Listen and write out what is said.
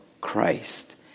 Christ